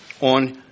on